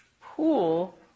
pool